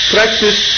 Practice